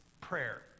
prayer